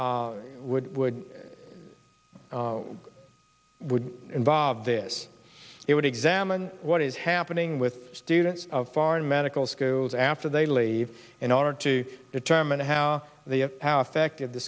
would would would involve this it would examine what is happening with students of foreign medical schools after they leave in order to determine how the how effective the